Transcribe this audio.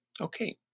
Okay